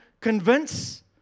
convince